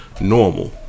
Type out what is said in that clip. normal